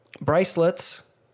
bracelets